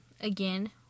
again